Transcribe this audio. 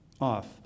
off